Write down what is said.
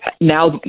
now